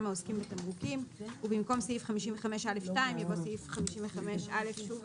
העוסקים בתמרוקים" ובמקום "סעיף 55א2" יבוא "סעיף 55א" שוב,